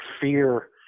fear